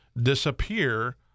disappear